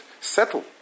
settle